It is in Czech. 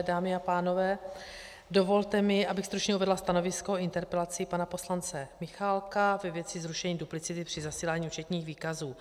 Dámy a pánové, dovolte mi, abych stručně uvedla stanovisko k interpelaci pana poslance Michálka ve věci zrušení duplicity při zasílání účetních výkazů.